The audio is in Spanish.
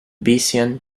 vision